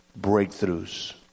breakthroughs